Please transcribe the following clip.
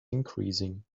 increasing